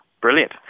Brilliant